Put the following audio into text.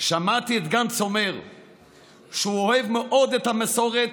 שמעתי את גנץ אומר שהוא אוהב מאוד את המסורת,